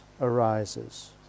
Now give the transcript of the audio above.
arises